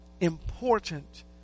important